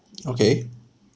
okay